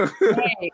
Right